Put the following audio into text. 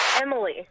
Emily